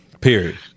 Period